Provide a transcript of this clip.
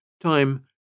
Time